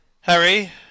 Harry